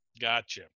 Gotcha